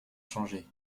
changer